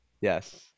yes